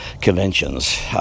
conventions